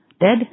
dead